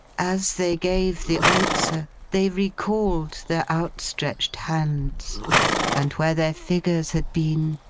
as they gave the answer, they recalled their outstretched hands and where their figures had been,